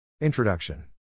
Introduction